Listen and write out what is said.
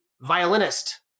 violinist